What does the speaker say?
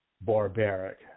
barbaric